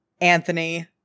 Anthony